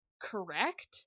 correct